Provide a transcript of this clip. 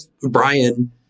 Brian